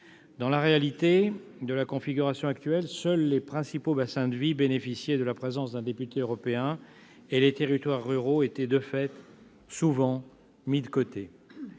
Dans la réalité de la configuration actuelle, seuls les principaux bassins de vie bénéficiaient de la présence d'un député européen, et les territoires ruraux étaient, de fait, souvent mis de côté.